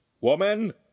Woman